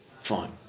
fine